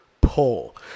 pull